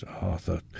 Arthur